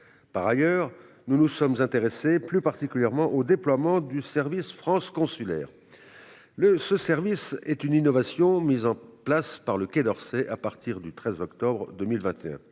Par ailleurs, nous nous sommes intéressés plus particulièrement au déploiement du service France Consulaire. Ce service est une innovation, qui a été mise en place par le Quai d'Orsay à partir du 13 octobre 2021.